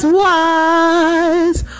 wise